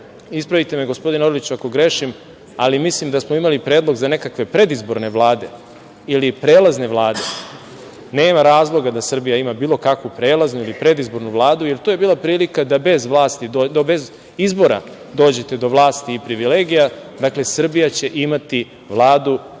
ispravite me gospodine Orliću ako grešim, ali mislim da smo imali predlog za nekakve predizborne vlade ili prelazne vlade. Nema razloga da Srbija ima bilo kakvu prelaznu ili predizbornu Vladu jer to je bila prilika da bez izbora dođete do vlasti i privilegija. Dakle, Srbija će imati Vladu